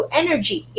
energy